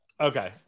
okay